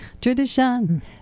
tradition